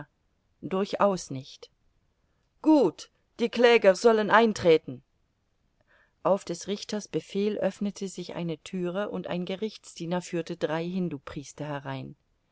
durchaus nicht gut die kläger sollen eintreten auf des richters befehl öffnete sich eine thüre und ein gerichtsdiener führte drei hindupriester herein